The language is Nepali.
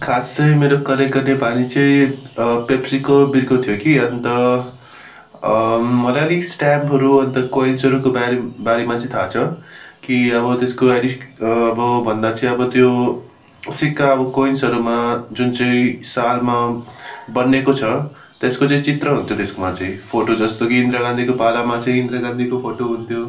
खास चाहिँ मेरो कलेक्ट गर्ने बानी चाहिँ पेप्सीको बिर्को थियो कि अन्त मलाई नि स्ट्याम्पहरू अन्त कोइन्सहरूको बारे बारेमा चाहिँ थाहा छ कि अब त्यसको अब भन्दा चाहिँ अब त्यो सिक्का कोइन्सहरूमा जुन चाहिँ सालमा बनिएको छ त्यसको चाहिँ चित्र हुन्थ्यो त्यसकोमा चाहिँ फोटो जस्तो कि इन्दिरा गान्धीको पालामा चाहिँ इन्दिरा गान्धीको फोटो हुन्थ्यो